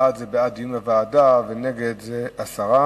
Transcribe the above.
בעד זה בעד דיון בוועדה, ונגד זה הסרה,